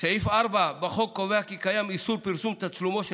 סעיף 7(4) בחוק קובע כי קיים איסור "פרסום תצלומו של